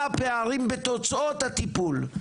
מה הפערים בתוצאות הטיפול?